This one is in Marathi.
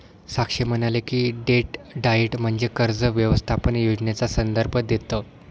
साक्षी म्हणाली की, डेट डाएट म्हणजे कर्ज व्यवस्थापन योजनेचा संदर्भ देतं